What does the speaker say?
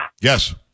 Yes